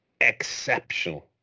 exceptional